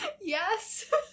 Yes